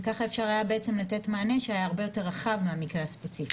וכך אפשר היה לתת מענה שהיה הרבה יותר רחב מהמקרה הספציפי.